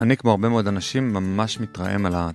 אני כמו הרבה מאוד אנשים ממש מתרעם על העתק.